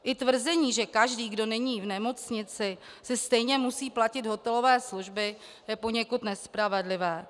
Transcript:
I tvrzení, že každý, kdo není v nemocnici, si stejně musí platit hotelové služby, je poněkud nespravedlivé.